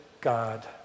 God